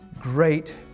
great